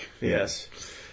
Yes